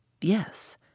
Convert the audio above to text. Yes